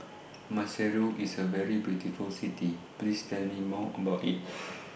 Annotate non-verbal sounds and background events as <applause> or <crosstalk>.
Maseru IS A very beautiful City Please Tell Me More about IT <noise>